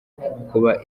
kuba